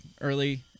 early